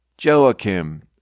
joachim